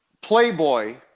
playboy